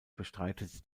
bestreitet